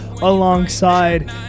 alongside